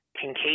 Kincaid